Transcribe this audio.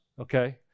okay